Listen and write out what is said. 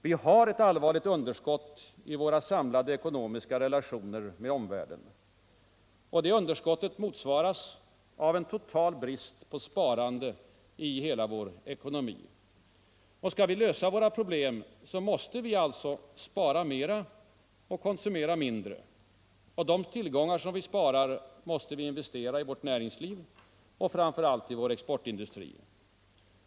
Vi har ett allvarligt underskott i våra samlade ekonomiska relationer med omvärlden. Underskottet motsvaras av en total brist på sparande i hela vår ekonomi, Skall vi lösa våra problem måste vi spara mera och konsumera mindre. Och de tillgångar vi sparar måste vi investera i vårt näringsliv och framför allt i vår exportindustri.